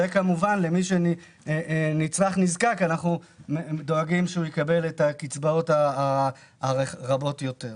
וכמובן למי שנצרך-נזקק אנחנו דואגים שהוא יקבל את הקצבאות הרחבות יותר.